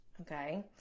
Okay